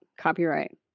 copyright